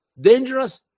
dangerous